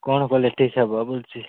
କ'ଣ କଲେ ଠିକ୍ ହେବ ବୋଲୁଛି